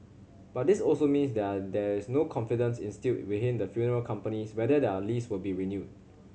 but this also means they're there is no confidence instilled within the funeral companies whether their lease will be renewed